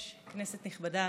אדוני היושב-ראש, כנסת נכבדה,